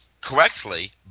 correctly